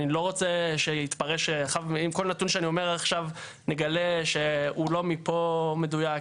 אני לא רוצה שיתפרש עם כל נתון שאני אומר עכשיו נגלה שהוא לא מפה מדויק,